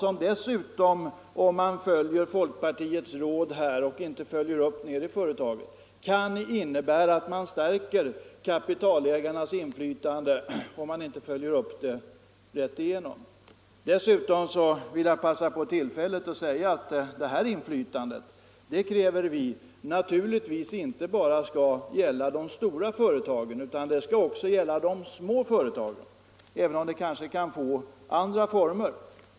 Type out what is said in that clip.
Om man följer folkpartiets råd här och sålunda inte utsträcker inflytandet nedåt i företaget, kan det innebära att man stärker kapitalägarnas inflytande. Dessutom vill jag passa på tillfället att säga att vi kräver att det här inflytandet naturligtvis inte bara skall gälla de stora företagen utan också de små företagen, även om det där kanske kan få andra former.